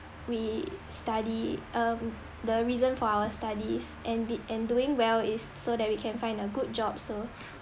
we study um the reason for our studies and be and doing well is so that we can find a good job so